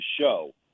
show